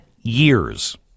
years